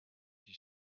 his